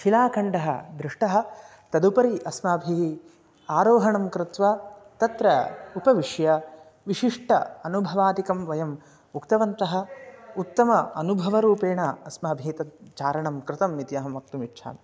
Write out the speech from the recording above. शिलाखण्डः दृष्टः तदुपरि अस्माभिः आरोहणं कृत्वा तत्र उपविश्य विशिष्ट अनुभवादिकं वयम् उक्तवन्तः उत्तम अनुभवरूपेण अस्माभिः तत् चारणं कृतम् इति अहं वक्तुमिच्छामि